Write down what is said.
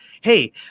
hey